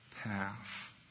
path